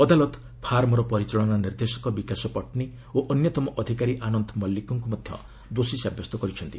ଅଦାଲତ ଫାର୍ମର ପରିଚାଳନା ନିର୍ଦ୍ଦେଶକ ବିକାଶ ପଟ୍ଟନୀ ଓ ଅନ୍ୟତମ ଅଧିକାରୀ ଆନନ୍ଦ ମଲ୍ଲିକ୍ଙ୍କୁ ମଧ୍ୟ ଦୋଷୀ ସାବ୍ୟସ୍ତ କରିଛନ୍ତି